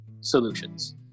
solutions